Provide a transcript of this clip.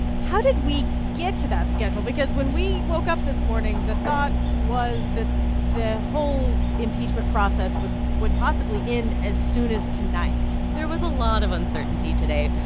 how did we get to that schedule? because when we woke up this morning, the thought was that the whole impeachment process would would possibly end as soon as tonight there was a lot of uncertainty today.